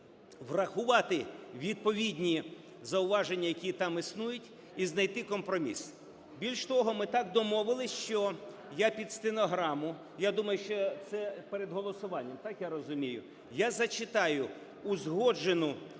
врахувати відповідні зауваження, які там існують, і знайти компроміс. Більш того, ми так домовились, що я під стенограму, я думаю, що це перед голосуванням, так я розумію? Я зачитаю узгоджену,